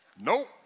Nope